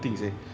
mm